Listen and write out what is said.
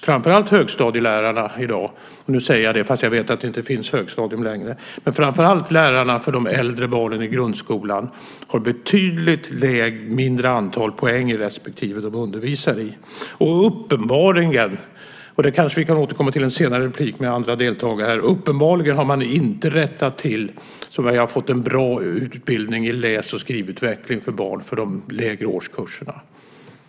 Framför allt högstadielärarna - nu säger jag det fast jag vet att det inte längre finns högstadium - alltså lärarna för de äldre barnen i grundskolan har betydligt mindre antal poäng i respektive ämne som de undervisar i. Vi kanske kan återkomma till detta i senare repliker med andra deltagare, men uppenbarligen har man inte rättat till bristen på bra utbildning i läs och skrivutveckling för barn i de lägre årskurserna.